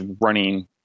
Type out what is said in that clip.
running